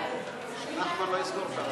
יום האחדות בכנסת ישראל: